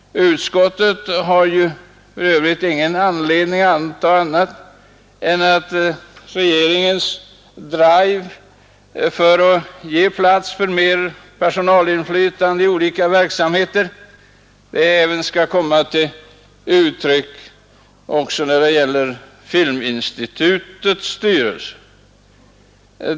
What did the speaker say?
Utskottet har för övrigt ingen anledning att anta annat än att regeringens drive för större personalinflytande i olika verksamheter även skall komma till uttryck i filminstitutets styrelse.